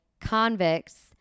convicts